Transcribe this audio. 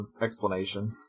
explanation